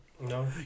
No